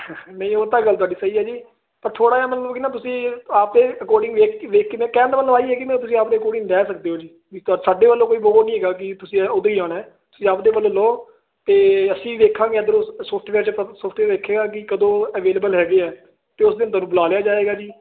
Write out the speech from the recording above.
ਨਹੀਂ ਉਹ ਤਾਂ ਗੱਲ ਤੁਹਾਡੀ ਸਹੀ ਹੈ ਜੀ ਪਰ ਥੋੜਾ ਜਿਹਾ ਮਤਲਬ ਕਹਿੰਦਾ ਤੁਸੀਂ ਆਪਦੇ ਅਕੋਰਡਿੰਗ ਵੇਖ ਵੇਖ ਕੇ ਤੇ ਕਹਿਣ ਦਾ ਮਤਲਬ ਇਹ ਕਿ ਤੁਸੀਂ ਆਪਦੇ ਅਕੋਰਡਿੰਗ ਲੈ ਸਕਦੇ ਹੋ ਜੀ ਸਾਡੇ ਵੱਲੋਂ ਕੋਈ ਉਹ ਨਹੀਂ ਹੈਗਾ ਕਿ ਤੁਸੀਂ ਉਦੋਂ ਹੀ ਜਾਣਾ ਤੁਸੀਂ ਆਪਦੇ ਵੱਲੋਂ ਲਓ ਤੇ ਅਸੀਂ ਵੇਖਾਂਗੇ ਇਧਰੋ ਸੋਫਟਵੇਅਰ 'ਚ ਸੋਫਟਵੇਅਰ ਵੇਖੇ ਗਾ ਕਿ ਕਦੋਂ ਅਵੇਲੇਬਲ ਹੈਗੇ ਆ ਤੇ ਉਸ ਦਿਨ ਤੁਹਾਨੂੰ ਬੁਲਾ ਲਿਆ ਜਾਏਗਾ ਜੀ